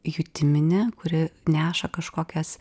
jutiminė kuri neša kažkokias